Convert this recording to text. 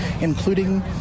including